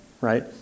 right